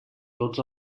tots